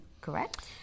Correct